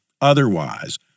otherwise